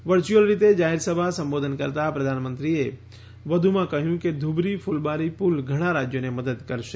virtual રીતે જાહેરસભા સંબોધન કરતાં પ્રધાનમંત્રીએ વધુમાં કહ્યું કે ધુબ્રી ક્લબારી પુલ ઘણા રાજ્યોને મદદ કરશે